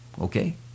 okay